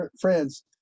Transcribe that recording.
friends